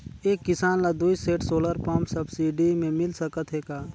एक किसान ल दुई सेट सोलर पम्प सब्सिडी मे मिल सकत हे का?